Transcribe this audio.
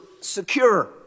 secure